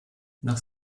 nach